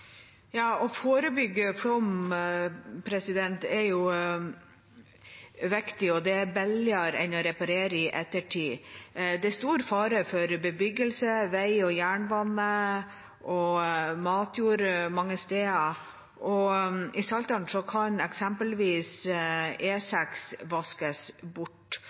Å forebygge flom er viktig, og det er billigere enn å reparere i ettertid. Det er stor fare for bebyggelse, vei og jernbane og matjord mange steder. I Saltdalen kan eksempelvis E6 vaskes bort.